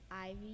Ivy